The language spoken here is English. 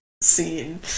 scene